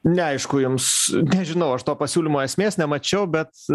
neaišku jums nežinau aš to pasiūlymo esmės nemačiau bet